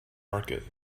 market